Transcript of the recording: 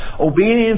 Obedience